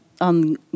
on